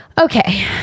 Okay